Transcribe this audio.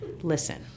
Listen